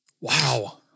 Wow